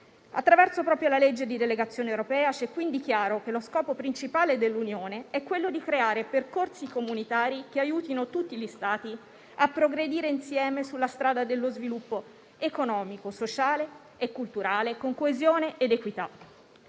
proprio la legge di delegazione europea ci è, quindi, chiaro che lo scopo principale dell'Unione è quello di creare percorsi comunitari che aiutino tutti gli Stati a progredire insieme sulla strada dello sviluppo economico, sociale e culturale, con coesione ed equità.